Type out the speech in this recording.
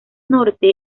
norte